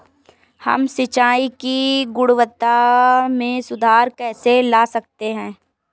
हम सिंचाई की गुणवत्ता में सुधार कैसे ला सकते हैं?